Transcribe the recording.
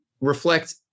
reflect